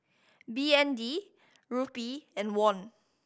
B N D Rupee and Won